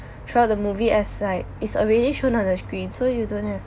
throughout the movie as like it's already shown on the screen so you don't have